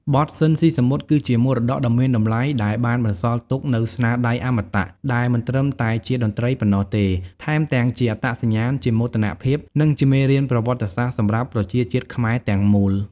បទស៊ីន ស៊ីសាមុត គឺជាមរតកដ៏មានតម្លៃដែលបានបន្សល់ទុកនូវស្នាដៃអមតៈ ដែលមិនត្រឹមតែជាតន្ត្រីប៉ុណ្ណោះទេ ថែមទាំងជាអត្តសញ្ញាណ ជាមោទនភាព និងជាមេរៀនប្រវត្តិសាស្ត្រសម្រាប់ប្រជាជាតិខ្មែរទាំងមូល ។